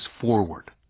forward